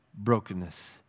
brokenness